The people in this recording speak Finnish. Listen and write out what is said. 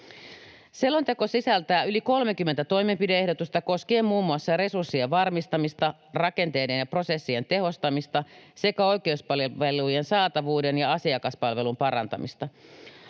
Selonteko sisältää yli 30 toimenpide-ehdotusta koskien muun muassa resurssien varmistamista, rakenteiden ja prosessien tehostamista sekä oikeuspalvelujen saatavuuden ja asiakaspalvelun parantamista.